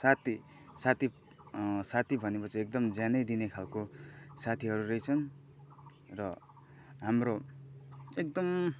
साथी साथी साथी भनेपछि एकदम ज्यानै दिने खालको साथीहरू रहेछन् र हाम्रो एकदम